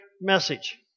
message